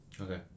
Okay